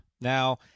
Now